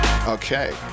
Okay